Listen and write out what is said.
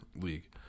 league